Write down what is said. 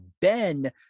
ben